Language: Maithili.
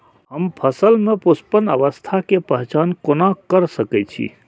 हम फसल में पुष्पन अवस्था के पहचान कोना कर सके छी?